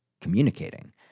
communicating